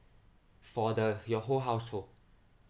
for the your whole household